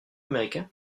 américain